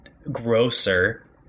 grosser